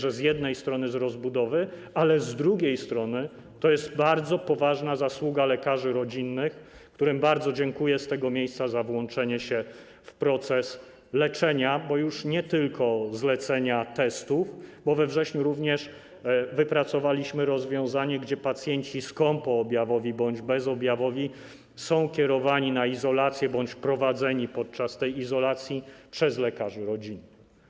Z jednej strony to się bierze z rozbudowy, ale z drugiej strony to jest bardzo poważna zasługa lekarzy rodzinnych, którym bardzo dziękuję z tego miejsca za włączenie się w proces leczenia - już nie tylko zlecania testów, bo we wrześniu również wypracowaliśmy rozwiązanie, w ramach którego pacjenci skąpoobjawowi bądź bezobjawowi są kierowani na izolację bądź prowadzeni podczas tej izolacji przez lekarzy rodzinnych.